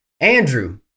Andrew